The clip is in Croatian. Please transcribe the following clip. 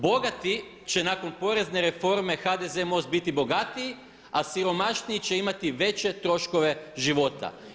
Bogati će nakon porezne reforme HDZ, MOST biti bogatiji a siromašniji će imati veće troškove života.